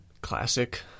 classic